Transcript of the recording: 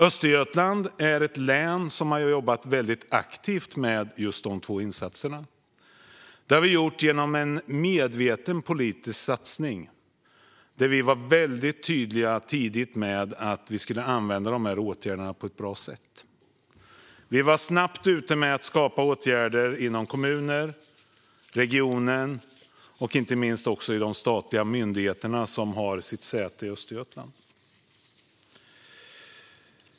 Östergötland är ett län där man har jobbat väldigt aktivt just med dessa två insatser. Det har vi gjort genom en medveten politisk satsning, där vi tidigt var väldigt tydliga med att vi skulle använda de här åtgärderna på ett bra sätt. Vi var snabbt ute med att skapa åtgärder inom kommuner, regionen och inte minst statliga myndigheter med säte i Östergötland.